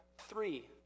three